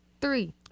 three